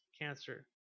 cancer